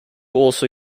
also